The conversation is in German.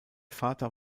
vater